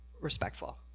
respectful